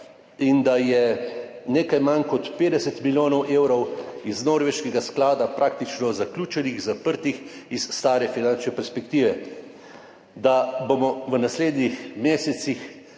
Da je nekaj manj kot 50 milijonov evrov iz norveškega sklada praktično zaključenih, zaprtih iz stare finančne perspektive. Da bomo v naslednjih mesecih